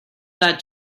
that